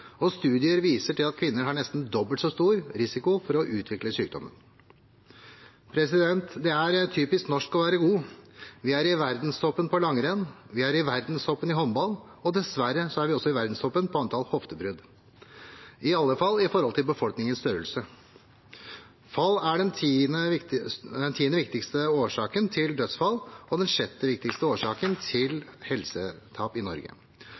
og studier viser at kvinner har nesten dobbelt så stor risiko for å utvikle sykdommen. Det er typisk norsk å være god. Vi er i verdenstoppen i langrenn. Vi er i verdenstoppen i håndball. Og dessverre er vi også i verdenstoppen i antall hoftebrudd – i alle fall i forhold til befolkningens størrelse. Fall er den tiende viktigste årsaken til dødsfall og den sjette viktigste årsaken til helsetap i Norge.